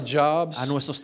jobs